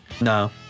No